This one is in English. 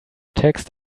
text